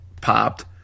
popped